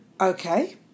Okay